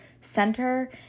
center